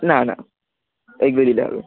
না না এইগুলোই দিলে হবে